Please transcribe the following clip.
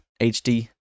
hd